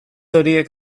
horiek